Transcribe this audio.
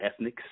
ethnics